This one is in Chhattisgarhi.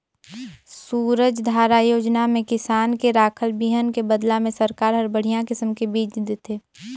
सूरजधारा योजना में किसान के राखल बिहन के बदला में सरकार हर बड़िहा किसम के बिज देथे